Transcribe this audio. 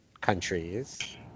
countries